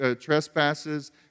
trespasses